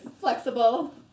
flexible